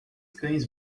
cães